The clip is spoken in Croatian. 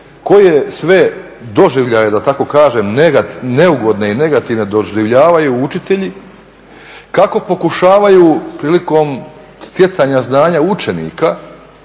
koje sve doživljaje da tako kažem neugodne i negativne doživljavaju učitelji, kako pokušavaju prilikom stjecanja znanja učenika